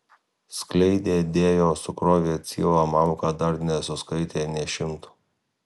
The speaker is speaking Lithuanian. skleidė dėjo sukrovė cielą malką dar nesuskaitė nė šimto